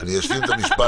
אני אשלים את המשפט.